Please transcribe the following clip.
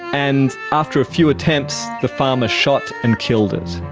and after a few attempts the farmer shot and killed it.